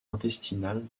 intestinal